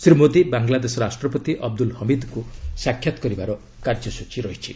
ଶ୍ରୀ ମୋଦୀ ବାଙ୍ଗଲାଦେଶ ରାଷ୍ଟ୍ରପତି ଅବଦୁଲ୍ ହମିଦ୍ଙ୍କୁ ସାକ୍ଷାତ୍ କରିବାର କାର୍ଯ୍ୟସୂଚୀ ରହିଛି